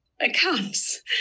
accounts